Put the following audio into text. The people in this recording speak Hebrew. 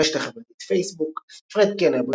ברשת החברתית פייסבוק פרד קלר,